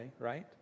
right